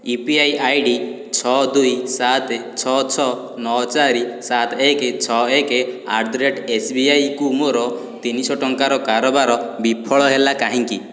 you P I ID ଛଅ ଦୁଇ ସାତ ଛଅ ଛଅ ନଅ ଚାରି ସାତ ଏକ ଏକ ଛଅ ଏକ ଆଟ୍ ଦ ରେଟ୍ ଏସ୍ବିଆଇକୁ ମୋର ତିନି ଶହ ଟଙ୍କାର କାରବାର ବିଫଳ ହେଲା କାହିଁକି